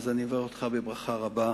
אז אני מברך אותך בברכה רבה,